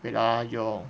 wait ah your